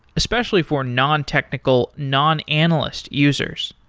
especially for non-technical, non-analyst users.